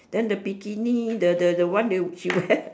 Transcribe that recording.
then the bikini the the the one that she wear